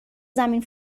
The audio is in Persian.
زمین